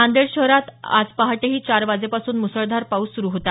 नांदेड शहरात आज पहाटेही चार वाजेपासून मुसळधार पाऊस सुरू होता